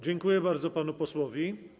Dziękuję bardzo panu posłowi.